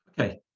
Okay